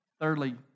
Thirdly